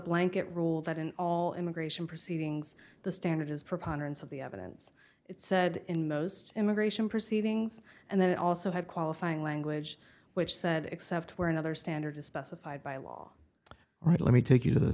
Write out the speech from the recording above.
blanket rule that in all immigration proceedings the standard is preponderance of the evidence it said in most immigration proceedings and then also had qualifying language which said except where another standard is specified by law all right let me take you to the